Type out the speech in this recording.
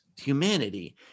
humanity